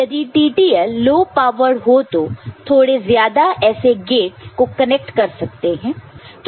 यदि TTL low powered हो तो थोड़े ज्यादा ऐसे गेटस को कनेक्ट कर सकते हैं